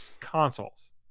consoles